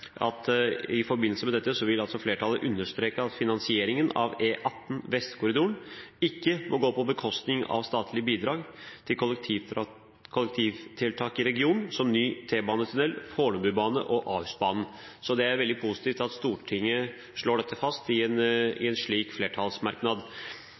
med. I forbindelse med dette vil dette flertallet understreke at «finansieringen av E18 Vestkorridoren ikke må gå på bekostning av statlige bidrag til kollektivtiltak i regionen, som ny T-banetunnel, Fornebubanen og Ahusbanen». Det er veldig positivt at Stortinget slår dette fast i en slik flertallsmerknad.